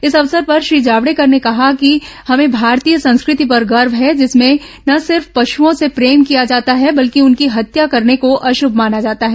इस अवसर पर श्री जॉवड़ेकर ने कहा कि हमें भारतीय संस्कृति पर गर्व है जिसमें न सिर्फ पशुओं से प्रेम किया जाता है बल्कि उनकी हत्या करने को अश्रभ माना जाता है